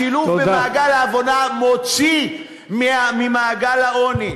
השילוב במעגל העבודה מוציא ממעגל העוני,